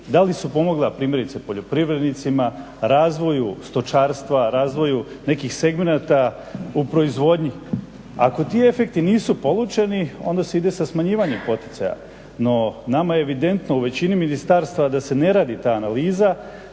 da li su pomogla primjerice poljoprivrednicima, razvoju stočarstva, razvoju nekih segmenata u proizvodnji. Ako ti efekti nisu polučeni onda se ide sa smanjivanjem poticaja. No nama je evidentno u većini ministarstava da se ne radi ta analiza,